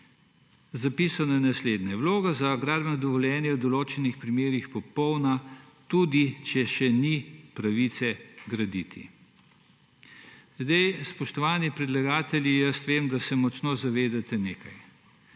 Zapisano je naslednje, »vloga za gradbena dovoljenja je v določenih primerih popolna, tudi če še ni pravice graditi«. Zdaj, spoštovani predlagatelji, vem, da se močno zavedate nečesa;